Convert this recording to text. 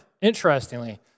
Interestingly